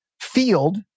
field